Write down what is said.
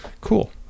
cool